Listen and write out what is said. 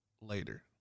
later